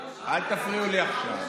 מעניין, אל תפריעו לי עכשיו.